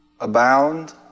abound